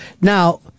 Now